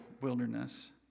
wilderness